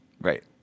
Right